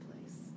place